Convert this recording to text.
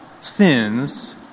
sins